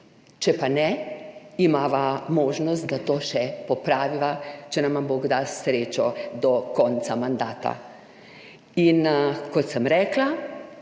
če pa ne, imava možnost, da to še popraviva, če nama Bog da srečo do konca mandata in kot sem rekla,